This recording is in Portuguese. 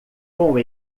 com